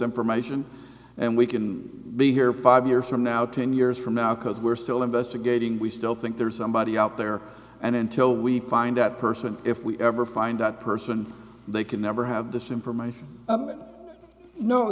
information and we can be here five years from now ten years from now because we're still investigating we still think there is somebody out there and until we find that person if we ever find that person they can never have this information